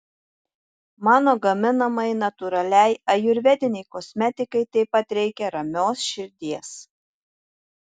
mano gaminamai natūraliai ajurvedinei kosmetikai taip pat reikia ramios širdies